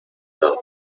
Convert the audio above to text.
los